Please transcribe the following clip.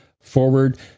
forward